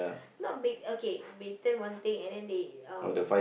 not ba~ okay baton one thing and then they um